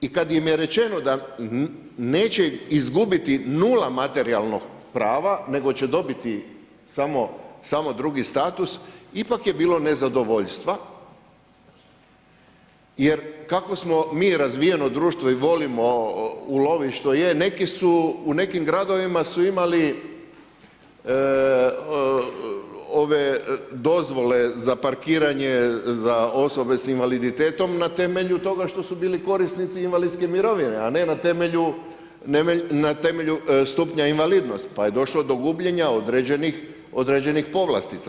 I kad im je rečeno da neće izgubiti nula materijalnog prava, nego će dobiti samo drugi status, ipak je bilo nezadovoljstva jer kako smo mi razvijeno društvo i volimo ulovit što je, u nekim gradovima su imali ove dozvole za parkiranje za osobe s invaliditetom na temelju toga što su bili korisnici invalidske mirovine, a ne na temelju stupnja invalidnosti pa je došlo do gubljenja određenih povlastica.